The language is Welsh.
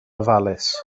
ofalus